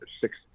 six